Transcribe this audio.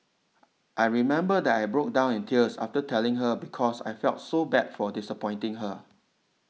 I remember that I broke down in tears after telling her because I felt so bad for disappointing her